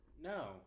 No